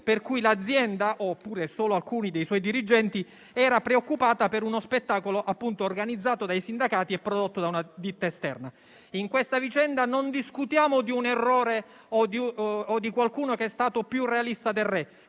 per cui l'azienda, oppure solo alcuni dei suoi dirigenti, erano preoccupati per uno spettacolo organizzato dai sindacati e prodotto da una ditta esterna. In questa vicenda non discutiamo di un errore o di qualcuno che è stato più realista del re: